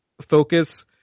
focus